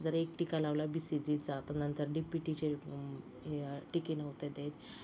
जर एक टीका लावला बी सी जीचा तर नंतर डी पी टीचे हे टिके नव्हते देत